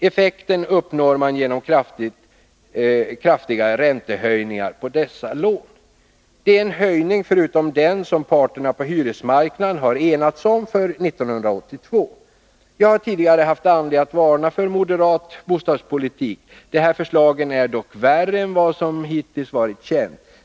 Effekten uppnår man genom kraftiga räntehöjningar på dessa lån. Det är en höjning förutom den som parterna på hyresmarknaden har enats om för 1982. Jag har tidigare haft anledning att varna för moderat bostadspolitik. Det här förslaget är dock värre än vad som hittills varit känt.